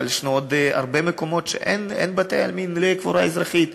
אבל יש עוד הרבה מקומות שאין בהם בתי-עלמין לקבורה אזרחית.